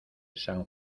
san